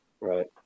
Right